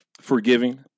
forgiving